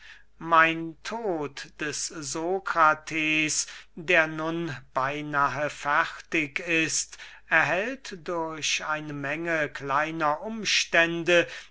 mein tod des sokrates der nun beynahe fertig ist erhält durch eine menge kleiner umstände